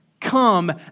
come